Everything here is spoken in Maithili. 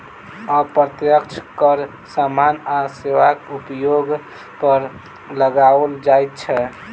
अप्रत्यक्ष कर सामान आ सेवाक उपयोग पर लगाओल जाइत छै